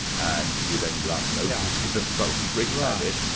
and with any luck nobody's going to throw a brick at it.